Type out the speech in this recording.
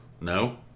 No